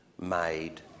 made